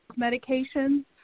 medications